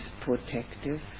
protective